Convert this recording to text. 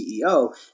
CEO